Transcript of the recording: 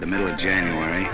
the middle of january